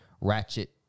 Ratchet